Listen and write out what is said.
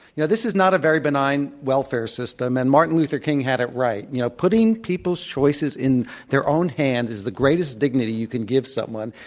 you know, this is not a very benign welfare system, and martin luther king had it right. you know, putting people's choices in their own hands is the greatest dignity you can give someone.